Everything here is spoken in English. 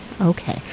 Okay